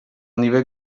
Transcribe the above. nivell